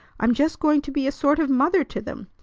i'm just going to be a sort of mother to them.